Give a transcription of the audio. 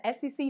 SEC